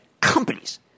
companies